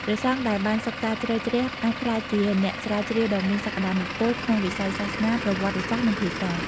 ព្រះសង្ឃដែលបានសិក្សាជ្រៅជ្រះអាចក្លាយជាអ្នកស្រាវជ្រាវដ៏មានសក្តានុពលក្នុងវិស័យសាសនា ប្រវត្តិសាស្ត្រ និងភាសា។